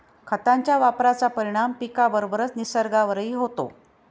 खतांच्या वापराचा परिणाम पिकाबरोबरच निसर्गावरही होतो